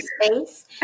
space